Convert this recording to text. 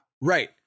Right